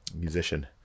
musician